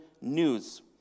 news